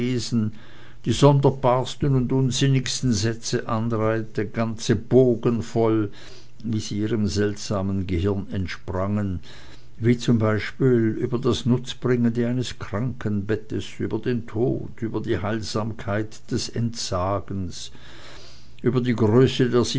die sonderbarsten und unsinnigsten sätze anreihte ganze bogen voll wie sie ihrem seltsamen gehirn entsprangen wie z b über das nutzbringende eines krankenbettes über den tod über die heilsamkeit des entsagens über die größe der